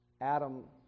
Adam